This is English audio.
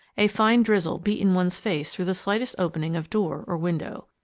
a fine drizzle beat in one's face through the slightest opening of door or window.